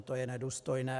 To je nedůstojné.